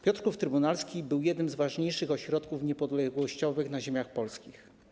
Piotrków Trybunalski był jednym z ważniejszych ośrodków niepodległościowych na ziemiach polskich.